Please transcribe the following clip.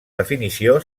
definició